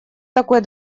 такой